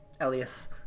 Elias